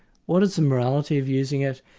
what is the morality of using it,